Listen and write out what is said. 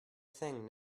thing